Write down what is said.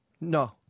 No